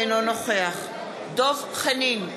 אינו נוכח דב חנין,